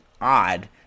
odd